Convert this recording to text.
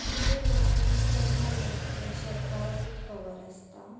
किदें रोवप आनी केन्ना रोवप ते शेतकाराकूच खबर आसता